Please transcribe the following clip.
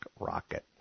rocket